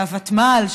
והוותמ"ל,